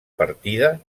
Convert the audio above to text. partida